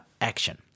action